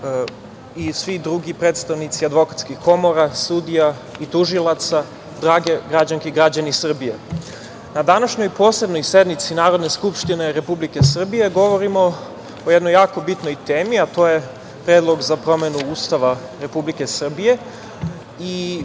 i svi drugi predstavnici advokatskih komora, sudija i tužilaca, drage građanke i građani Srbije, na današnjoj Posebnoj sednici Narodne skupštine Republike Srbije, govorimo o jednoj jako bitnoj temi, a to je predlog za promenu Ustava Republike Srbije.